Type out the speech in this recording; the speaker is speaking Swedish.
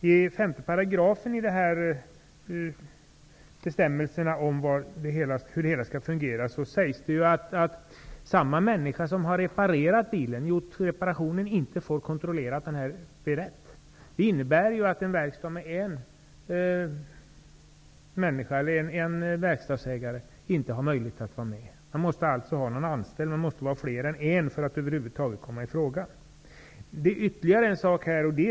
I 5 § i bestämmelserna för hur det här skall fungera sägs det att samma människa som har reparerat bilen inte får kontrollera att det är riktigt gjort. Det innebär att en verkstad med en ensam verkstadsägare inte har möjlighet att vara med. Man måste alltså ha en anställd. Man måste vara fler än en på verkstaden för att över huvud taget komma i fråga. Det finns ytterligare en sak i detta.